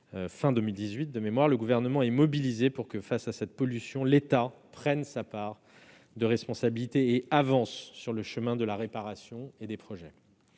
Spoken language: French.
fin 2018. Le Gouvernement est mobilisé pour que, face à cette pollution, l'État prenne sa part de responsabilité et avance sur le chemin de la réparation et des projets.